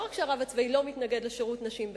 לא רק שהרב הצבאי לא מתנגד לשירות נשים בצה"ל,